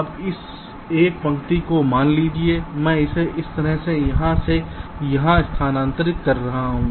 अब इस एक पंक्ति को मान लीजिए मैं इसे इस तरह से यहाँ से यहाँ स्थानांतरित कर सकता हूँ